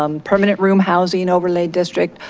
um permanent room housing overlay district,